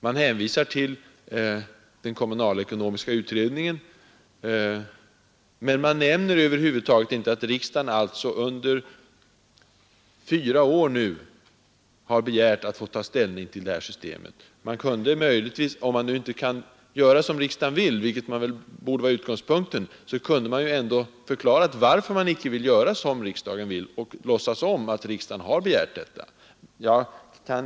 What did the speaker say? Man hänvisar till den kommunalekonomiska utredningen, men man nämner över huvud taget inte att riksdagen under fyra år har begärt att få ta ställning till det här systemet. Om man inte kan göra som riksdagen vill — vilket dock borde vara utgångspunkten — kunde man möjligtvis ha förklarat, varför man inte vill göra så som riksdagen önskar, i stället för att inte låtsas om att riksdagen har begärt detta.